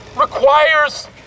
requires